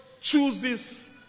chooses